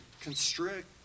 constrict